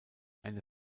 eine